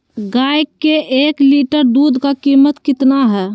गाय के एक लीटर दूध का कीमत कितना है?